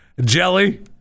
jelly